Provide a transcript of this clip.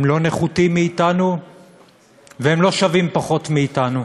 הם לא נחותים מאתנו והם לא שווים פחות מאתנו.